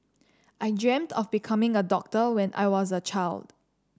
I dreamt of becoming a doctor when I was a child